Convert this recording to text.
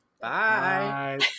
Bye